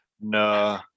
No